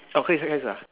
orh 可以先开始啊